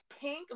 pink